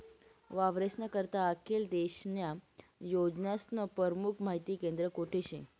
वावरेस्ना करता आखेल देशन्या योजनास्नं परमुख माहिती केंद्र कोठे शे?